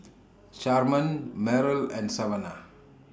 Sherman Merrill and Savanah